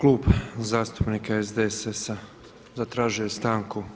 Klub zastupnika SDSS-a zatražio je stanku.